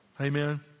Amen